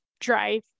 drive